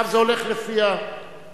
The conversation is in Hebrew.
עכשיו זה הולך לפי הסדר.